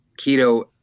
keto